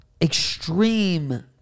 extreme